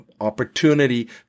opportunity